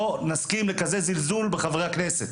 לא נסכים לכזה זלזול בחברי הכנסת.